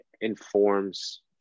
informs